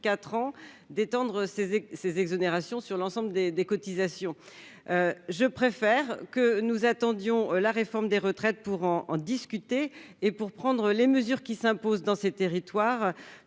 d'une exonération de l'ensemble des cotisations pendant quatre ans. Je préfère que nous attendions la réforme des retraites pour en discuter et prendre les mesures qui s'imposent dans ces territoires,